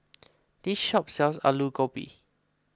this shop sells Aloo Gobi